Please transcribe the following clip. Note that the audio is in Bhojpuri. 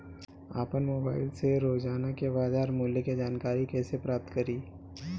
आपन मोबाइल रोजना के बाजार मुल्य के जानकारी कइसे प्राप्त करी?